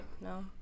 no